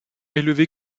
élevé